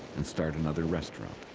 and start another restaurant.